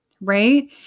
Right